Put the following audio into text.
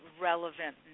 relevant